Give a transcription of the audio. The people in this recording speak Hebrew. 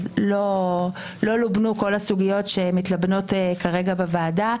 לא לובנו כל הסוגיות שמתלבנות כרגע בוועדה.